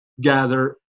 gather